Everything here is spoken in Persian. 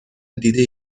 دیده